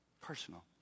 Personal